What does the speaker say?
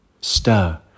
Stir